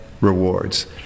rewards